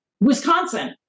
Wisconsin